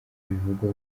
bivugwa